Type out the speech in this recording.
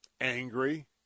angry